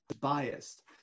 biased